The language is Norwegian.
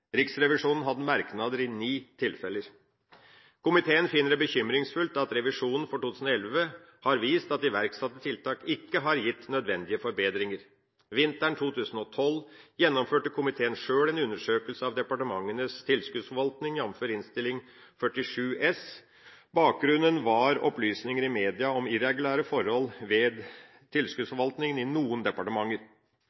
Riksrevisjonen hadde merknader i ni tilfeller. Komiteen finner det bekymringsfullt at revisjonen for 2011 har vist at iverksatte tiltak ikke har gitt nødvendige forbedringer. Vinteren 2012 gjennomførte komiteen sjøl en undersøkelse av departementenes tilskuddsforvaltning, jf. Innst. 47 S for 2011–2012. Bakgrunnen var opplysninger i media om irregulære forhold ved